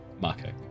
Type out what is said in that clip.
marco